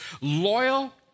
loyal